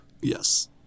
Yes